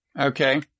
Okay